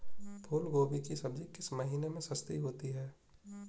फूल गोभी की सब्जी किस महीने में सस्ती होती है?